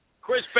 Chris